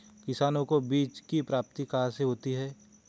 किसानों को बीज की प्राप्ति कहाँ से होती है?